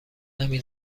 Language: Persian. نمی